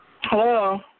Hello